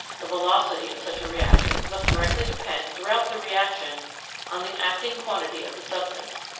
the velocity of such a reaction must directly depend throughout the reaction on the acting quantity of the substance.